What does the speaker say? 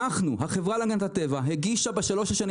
החברה להגנת הטבע הגישה בשלוש השנים